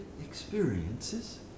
experiences